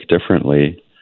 differently